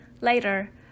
Later